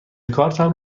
کارتم